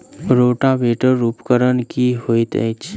Rotavator उपकरण की हएत अछि?